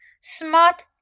Smart